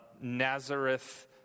Nazareth